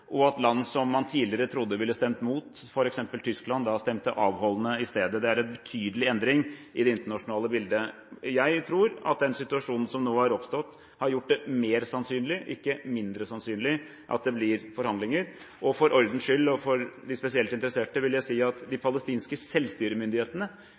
og at land som man tidligere trodde ville stemt mot, f.eks. Tyskland, stemte avholdende i stedet. Det er en betydelig endring i det internasjonale bildet. Jeg tror at den situasjonen som nå er oppstått, har gjort det mer sannsynlig, ikke mindre sannsynlig, at det blir forhandlinger. For ordens skyld, og for de spesielt interesserte, vil jeg si at de